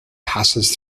passes